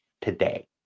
today